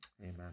Amen